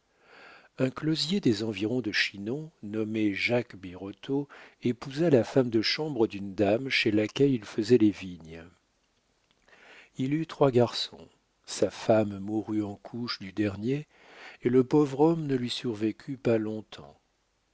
un closier des environs de chinon nommé jacques birotteau épousa la femme de chambre d'une dame chez laquelle il faisait les vignes il eut trois garçons sa femme mourut en couches du dernier et le pauvre homme ne lui survécut pas long-temps